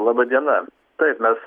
laba diena taip mes